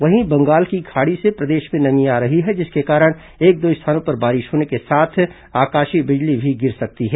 वहीं बंगाल की खाड़ी से प्रदेश में नमी आ रही है जिसके कारण एक दो स्थानों पर बारिश होने के साथ आकाशीय बिजली भी गिर सकती है